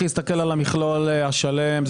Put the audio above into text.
יש להסתכל על המכלול השלם.